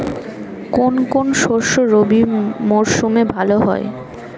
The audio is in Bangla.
কোন কোন শস্য রবি মরশুমে ভালো হয়?